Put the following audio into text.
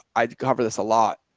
i cover this a lot.